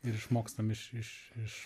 ir išmokstam iš iš iš